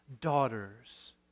daughters